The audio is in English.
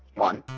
one.